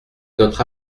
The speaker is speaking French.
notre